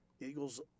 Eagles